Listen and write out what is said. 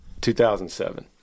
2007